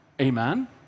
Amen